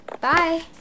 Bye